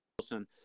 Wilson